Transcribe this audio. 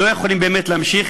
לא יכולים באמת לעבור לסדר-היום.